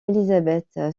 élisabeth